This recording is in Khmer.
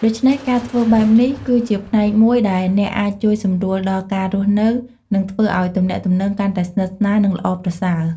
ដូច្នេះ ការធ្វើបែបនេះ គឺជាផ្នែកមួយដែលអ្នកអាចជួយសម្រួលដល់ការរស់នៅ និងធ្វើឲ្យទំនាក់ទំនងកាន់តែស្និទ្ធស្នាល និងល្អប្រសើរ។